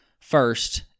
first